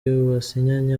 basinyanye